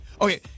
Okay